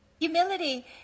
Humility